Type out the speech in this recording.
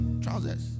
trousers